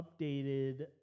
updated